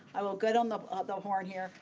i will gut on the ah ah horn here.